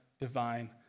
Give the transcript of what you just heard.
divine